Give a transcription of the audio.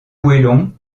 moellon